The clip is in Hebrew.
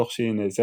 תוך שהיא נעזרת